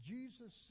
Jesus